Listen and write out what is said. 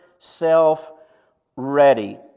Self-ready